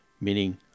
meaning